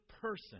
person